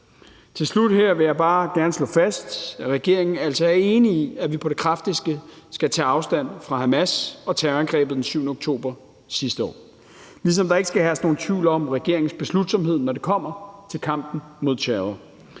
Til slut her vil jeg bare gerne slå fast, at regeringen altså er enige i, at vi på det kraftigste skal tage afstand fra Hamas og terrorangrebet den 7. oktober sidste år, ligesom der ikke skal herske nogen tvivl om regeringens beslutsomhed, når det kommer til kampen mod terror.